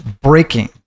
breaking